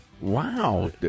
Wow